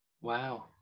Wow